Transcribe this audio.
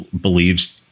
believes